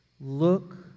Look